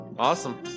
awesome